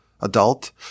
adult